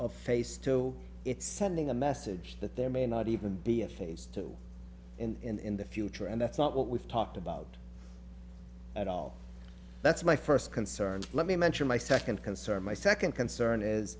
a face to it's sending a message that there may not even be a phase two and in the future and that's not what we've talked about at all that's my first concern let me mention my second concern my second concern is